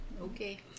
Okay